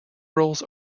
rolls